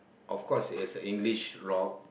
of course it has a english rock